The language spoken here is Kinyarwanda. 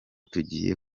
tugiye